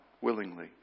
willingly